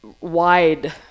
wide